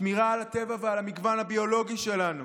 שמירה על הטבע ועל המגוון הביולוגי שלנו.